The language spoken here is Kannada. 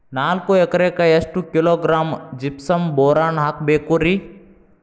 ನಾಲ್ಕು ಎಕರೆಕ್ಕ ಎಷ್ಟು ಕಿಲೋಗ್ರಾಂ ಜಿಪ್ಸಮ್ ಬೋರಾನ್ ಹಾಕಬೇಕು ರಿ?